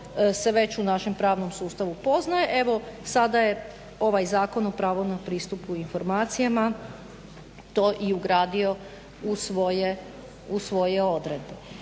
se već u našem pravnom sustavu poznaje, evo sada je ovaj Zakon o pravu na pristupu informacijama to i ugradio u svoje odredbe.